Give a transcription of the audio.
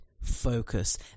focus